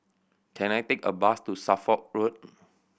can I take a bus to Suffolk Road